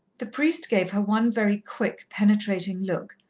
the priest gave her one very quick, penetrating look,